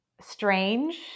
strange